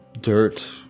dirt